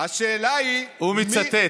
השאלה היא, הוא מצטט.